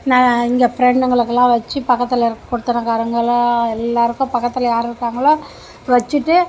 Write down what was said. இங்கே ஃப்ரெண்டுங்களுக்குலாம் வச்சு பக்கத்திலருக்க குடித்தனக்காரங்களா எல்லாேருக்கும் பக்கத்தில் யார் இருக்காங்களோ வச்சுட்டு